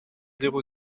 zéro